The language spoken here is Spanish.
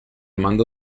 mando